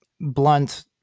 blunt